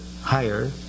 higher